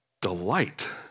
delight